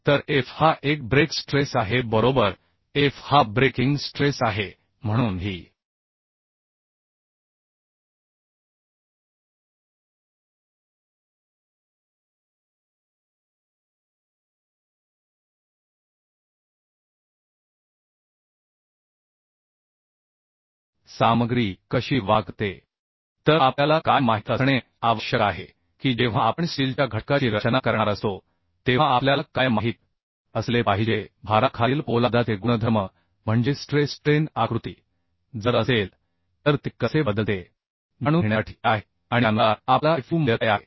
तर f हा एक ब्रेक स्ट्रेस आहे बरोबर f हा ब्रेकिंग स्ट्रेस आहे म्हणून ही सामग्री कशी वागते तर आपल्याला काय माहित असणे आवश्यक आहे की जेव्हा आपण स्टीलच्या घटकाची रचना करणार असतो तेव्हा आपल्याला काय माहित असले पाहिजे भाराखालील पोलादाचे गुणधर्म म्हणजे स्ट्रेस स्ट्रेन आकृती जर असेल तर ते कसे बदलते टॉर्क स्टीलच्या बाबतीत सौम्य स्टीलचे ते एका प्रकारे बदलते ते दुसऱ्या मार्गाने बदलते म्हणून आपल्याकडे जाणून घेण्यासाठी हे आहे